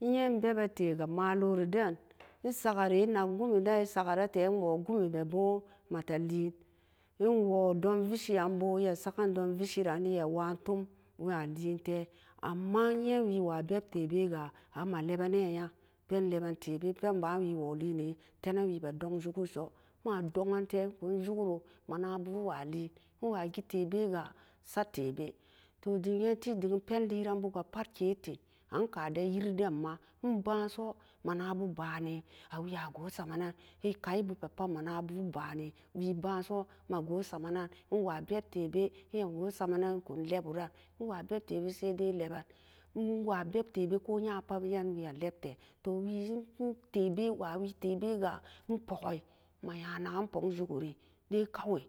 E yen beb bee tee ga malori den e sakari e nak gu-mi ben e sakaretee e woo gumi bee boo e woo don vese an sakee don veesi an bo e ma sakee wa tom e ma lee tee amma e yee wee wa beb tee bee gaa ama lebee nee yaa pen leben tee bee pan ban wee woo lee nee tee nen wee be dong ju ken so e ma dong tee kun jukero ma na bu e be wa leen e wa gee tee bee ga sat tee bee deem geen tee demmi penleran bu ga pat kee e tee an ka da yiri den ma e ba soo mana bu bani a wee ya gu samen nen e kai bu pee pat mana bu'n banio wee ban so e ba gu samen nen wun leboren e wa beb tebe sai dai leben e wa beba tebe we a nya leben beb tebe wa we den ga amma nya naken ne an na pokka jukiri dai kawai